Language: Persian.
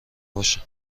باشم